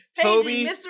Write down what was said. Toby